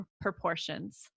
proportions